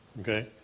Okay